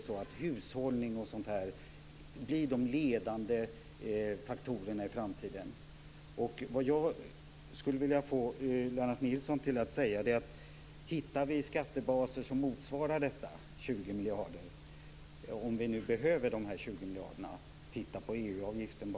Självfallet blir de ledande faktorerna i framtiden hushållning och sådant. Vad jag vill få Lennart Nilsson att säga är att om vi hittar skattebaser som motsvarar de 20 miljarderna - om vi nu behöver dessa; titta bara på EU-avgiften!